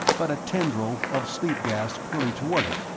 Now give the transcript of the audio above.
but a tendril, of sleep-gas, curling toward it,